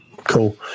Cool